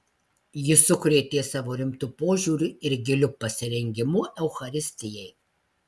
ji sukrėtė savo rimtu požiūriu ir giliu pasirengimu eucharistijai